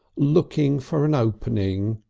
looking for an opening.